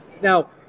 now